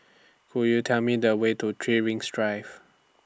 Could YOU Tell Me The Way to three Rings Drive